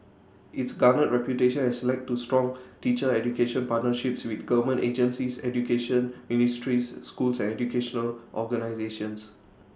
its garnered reputation has led to strong teacher education partnerships with government agencies education ministries schools and educational organisations